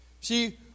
See